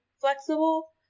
flexible